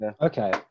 Okay